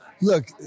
look